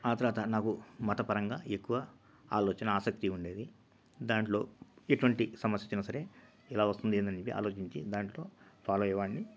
ఆ తరువాత నాకు మతపరంగా ఎక్కువ ఆలోచన ఆసక్తి ఉండేది దాంట్లో ఎటువంటి సమస్య వచ్చినా సరే ఎలా వస్తుంది ఏంటని చెప్పి బాగా ఆలోచించి దాంట్లో ఫాలో అయ్యేవాడిని